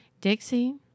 Dixie